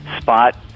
spot